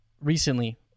recently